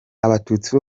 abatutsi